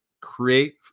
create